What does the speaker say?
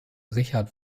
richard